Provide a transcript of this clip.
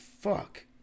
fuck